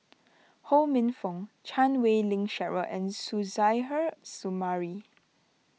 Ho Minfong Chan Wei Ling Cheryl and Suzairhe Sumari